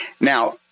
Now